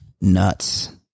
nuts